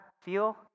feel